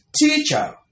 teacher